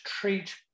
treat